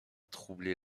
troubler